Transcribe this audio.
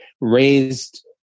raised